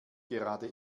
gerade